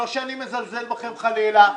לא שאני מזלזל בכם, חלילה,